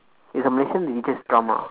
it's a malaysian religious drama